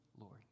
Lord